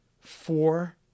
four